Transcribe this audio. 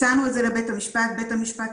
הצענו את זה לבית המשפט ובית המשפט